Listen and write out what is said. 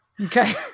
Okay